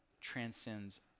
transcends